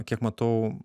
kiek matau